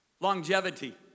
longevity